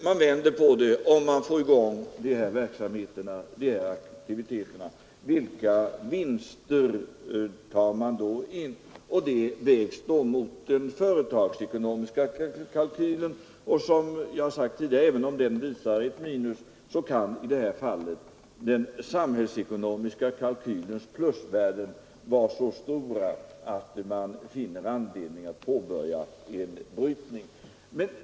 Man vänder på det: om man får i gång de här aktiviteterna, vilka vinster tar man in? Det vägs mot den företagsekonomiska kalkylen och, som jag har sagt tidigare, även om den visar ett minus kan i det här fallet den samhällsekonomiska kalkylens plusvärden vara så stora att man finner anledning att påbörja en brytning.